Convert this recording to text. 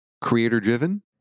Creator-driven